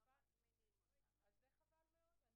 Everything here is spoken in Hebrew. חבל מאוד.